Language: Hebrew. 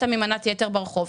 מתה ממנת יתר ברחוב,